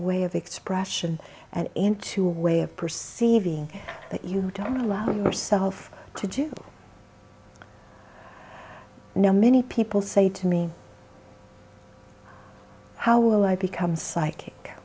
way of expression and into way of perceiving that you don't allow yourself to do you know many people say to me how will i become psych